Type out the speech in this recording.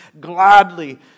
gladly